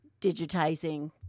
digitizing